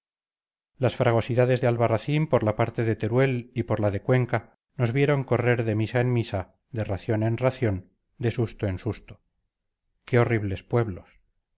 las fragosidades de albarracín por la parte de teruel y por la de cuenca nos vieron correr de misa en misa de ración en ración de susto en susto qué horribles pueblos